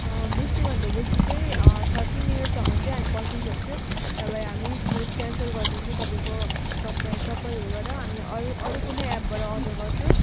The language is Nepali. बेसीभन्दा बेसी चाहिँ थर्टी मिनटसम्मन चाहिँ हामी पर्खिनुसक्छु नभए हामी फुड क्यान्सल गरिदिन्छु तपाईँको तपाईँ तपाईँहरूबाट हामी अरू अरू कुनै एपबाट अर्डर गर्छु